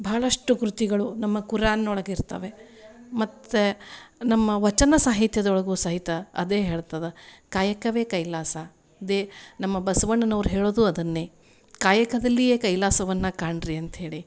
ಭಾಳಷ್ಟು ಕೃತಿಗಳು ನಮ್ಮ ಖುರಾನ್ ಒಳಗಿರ್ತ್ತವೆ ಮತ್ತು ನಮ್ಮ ವಚನ ಸಾಹಿತ್ಯದೊಳಗು ಸಹಿತ ಅದೇ ಹೇಳ್ತದೆ ಕಾಯಕವೇ ಕೈಲಾಸ ದೆ ನಮ್ಮ ಬಸವಣ್ಣನವರು ಹೇಳೋದು ಅದನ್ನೇ ಕಾಯಕದಲ್ಲಿಯೇ ಕೈಲಾಸವನ್ನು ಕಾಣಿರಿ ಅಂತ ಹೇಳಿ